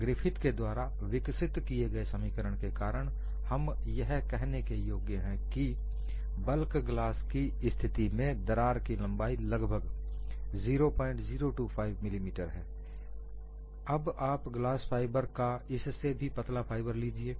Griffith के द्वारा विकसित किए गए समीकरण के कारण हम यह कहने के योग्य हैं कि बल्क ग्लास की स्थिति में दरार की लंबाई लगभग 0025 मिलीमीटर है अब आप ग्लास फाइबर का इससे भी पतला फाइबर लीजिए